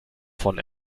von